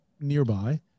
nearby